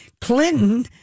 Clinton